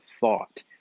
thought